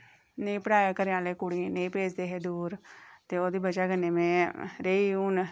निं पढ़ाया घरै आह्लें नेईं भेजदे हे दूर ते ओह्दी बजह कन्नै में रेही दूर